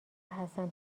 حسن